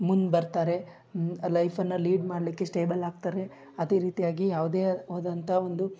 ಮುಂದೆ ಬರ್ತಾರೆ ಲೈಫನ್ನು ಲೀಡ್ ಮಾಡಲಿಕ್ಕೆ ಸ್ಟೇಬಲ್ ಆಗ್ಥಾರೆ ಅದೇ ರೀತಿಯಾಗಿ ಯಾವುದೇ ಆದಂಥ ಒಂದು